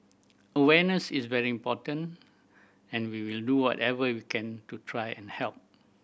awareness is very important and we will do whatever we can to try and help